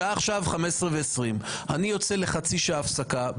השעה עכשיו היא 15:20. אני יוצא לחצי שעה הפסקה.